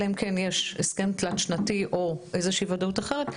אלא אם כן יש הסכם תלת-שנתי או איזושהי ודאות אחרת,